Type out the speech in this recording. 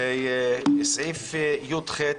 (י"ח)